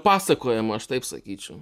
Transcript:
pasakojama aš taip sakyčiau